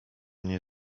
nie